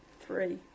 Three